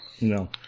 No